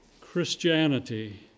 Christianity